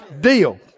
deal